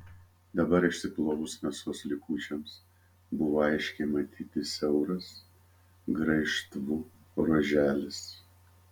dabar išsiplovus mėsos likučiams buvo aiškiai matyti siauras graižtvų ruoželis